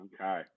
Okay